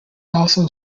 also